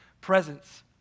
presence